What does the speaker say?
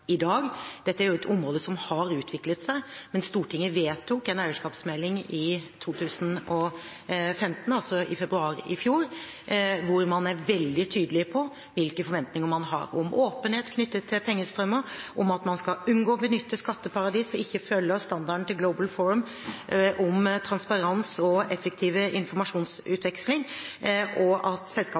i dag. Dette er et område som har utviklet seg. Men Stortinget vedtok en eierskapsmelding i 2015, altså i februar i fjor, hvor man er veldig tydelig på hvilke forventninger man har om åpenhet knyttet til pengestrømmer, om at man skal unngå å benytte skatteparadis som ikke følger standarden til Global Forum om transparens og effektiv informasjonsutveksling, og at